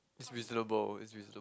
is reasonable is reasonable